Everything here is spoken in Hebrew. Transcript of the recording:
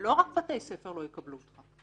לא רק בתי ספר לא יקבלו אותך,